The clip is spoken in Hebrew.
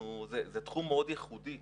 זה תחום מאוד ייחודי,